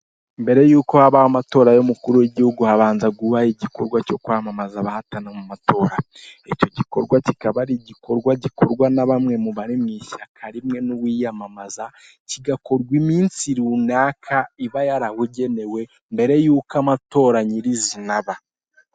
Mbere y'uko habahoamatora y'umukuru w'igihugu habanza kubaho igikorwa cyo kwamamaza abahatana mu matora, icyo gikorwa kikaba ari igikorwa gikorwa bamwe mu bari mu ishyaka rimwe n'uwiyamamaza kigakorwa iminsi runaka iba yarabugenewe mbere y'uko amatora nyirizina aba.